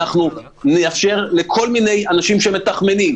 אנחנו נאפשר לכל מיני אנשים שמתחמנים.